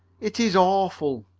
it is awful!